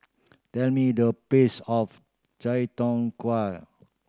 tell me the price of Chai Tow Kuay